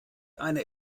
eine